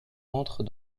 entre